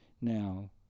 Now